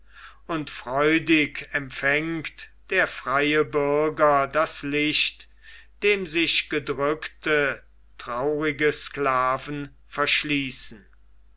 und freudig empfängt der freie bürger das licht dem sich gedrückte traurige sklaven verschließen